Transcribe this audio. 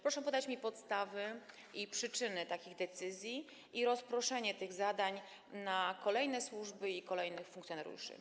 Proszę podać mi podstawy i przyczyny takich decyzji dotyczących rozproszenia tych zadań na kolejne służby i kolejnych funkcjonariuszy.